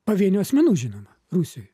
pavienių asmenų žinoma rusijoj